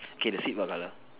okay the seat what color